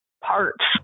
parts